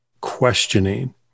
questioning